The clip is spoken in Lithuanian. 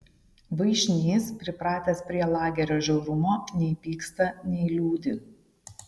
vaišnys pripratęs prie lagerio žiaurumo nei pyksta nei liūdi